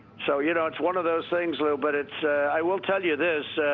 so you know it's one of those things, lou, but it's i i will tell you this,